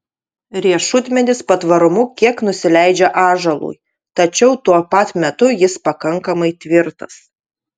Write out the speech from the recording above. riešutmedis patvarumu kiek nusileidžia ąžuolui tačiau tuo pat metu jis pakankamai tvirtas